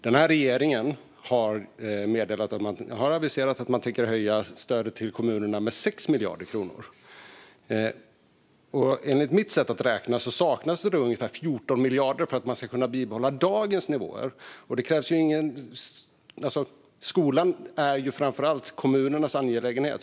Den här regeringen har aviserat att man tänker höja stödet till kommunerna med 6 miljarder kronor. Med mitt sätt att räkna saknas det då ungefär 14 miljarder för att kunna bibehålla dagens nivåer. Skolan är ju framför allt kommunernas angelägenhet.